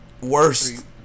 worst